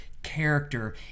Character